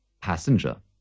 Passenger